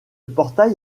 portail